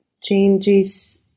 changes